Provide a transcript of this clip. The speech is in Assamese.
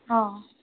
অ